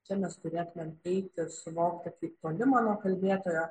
čia mes turėtumėm eiti suvokti kaip tolimą nuo kalbėtojo